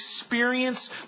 experience